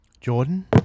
Jordan